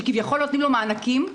שכביכול נותנים לו מענקים,